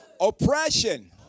Oppression